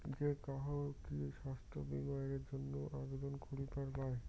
যে কাহো কি স্বাস্থ্য বীমা এর জইন্যে আবেদন করিবার পায়?